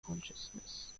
consciousness